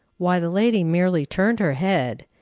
why, the lady merely turned her head,